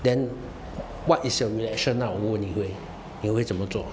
then what is your reaction 我问你回你会怎么做